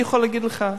אני יכול להגיד לך,